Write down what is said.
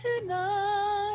tonight